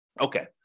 Okay